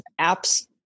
apps